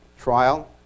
trial